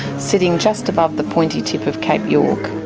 sitting just above the pointy tip of cape york.